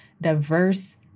diverse